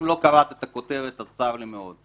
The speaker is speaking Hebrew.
אם לא קראת את הכותרת אז צר לי מאוד.